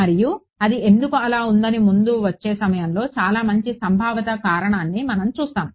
మరియు అది ఎందుకు అలా ఉందని ముందు వచ్చే సమయంలో చాలా మంచి సంభావిత కారణాన్ని మనం చూస్తాము